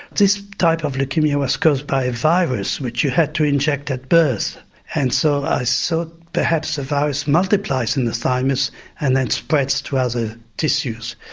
this type of leukaemia was caused by a virus which you had to inject at birth and so i thought so perhaps the virus multiplies in the thymus and then spreads to other tissues.